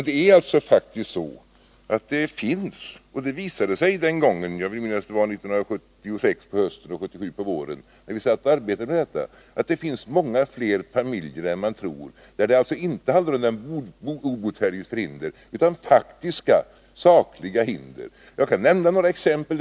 Det visade sig den gången då vi arbetade med detta — jag vill minnas att det var 1976 på hösten och 1977 på våren — att det finns många fler familjer än man tror, där det inte handlar om den obotfärdiges förhinder utan om faktiska, sakliga hinder. Jag kan nämna några exempel.